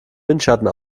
windschatten